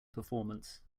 performance